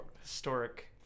historic